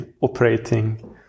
operating